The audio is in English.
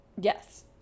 yes